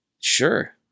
sure